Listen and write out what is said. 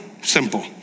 Simple